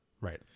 Right